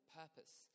purpose